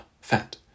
fat